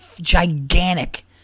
gigantic